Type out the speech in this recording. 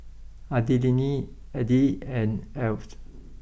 Adilene Edie and Alys